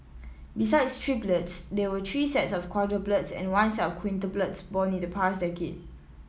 besides triplets there were three sets of quadruplets and one set of quintuplets born in the past decade